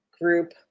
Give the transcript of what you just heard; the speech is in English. group